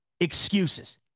excuses